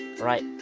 right